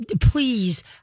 Please